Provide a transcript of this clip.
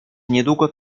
niedługo